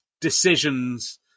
decisions